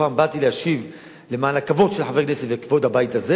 הפעם באתי להשיב למען הכבוד של חבר הכנסת וכבוד הבית הזה.